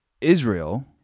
Israel